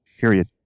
period